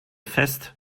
fest